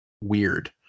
weird